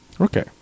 Okay